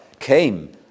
Came